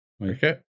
Okay